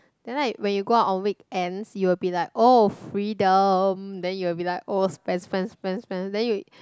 then like when you go out on weekends you will be like oh freedom then you'll be like oh spend spend spend spend then you